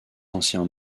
anciens